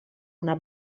una